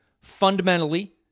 fundamentally